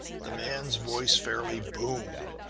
the man's voice fairly boomed.